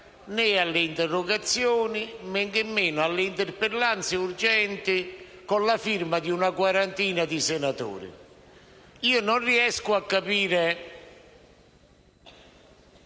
né alle interrogazioni, men che meno alle interpellanze urgenti con la firma di una quarantina di senatori. Non riesco a capire